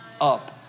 up